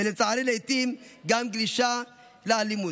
ולצערי לעיתים היא גם גלשה לאלימות.